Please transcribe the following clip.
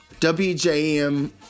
WJM